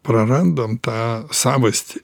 prarandam tą savastį